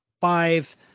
five